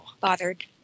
bothered